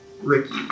Ricky